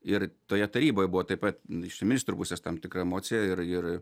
ir toje taryboje buvo taip pat iš ministro pusės tam tikra emocija ir ir